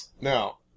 Now